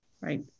Right